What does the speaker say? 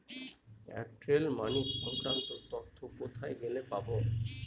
Airtel money সংক্রান্ত তথ্য কোথায় গেলে পাব?